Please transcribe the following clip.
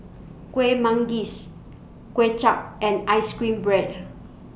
Kueh Manggis Kway Chap and Ice Cream Bread